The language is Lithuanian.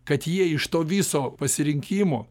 kad jie iš to viso pasirinkimo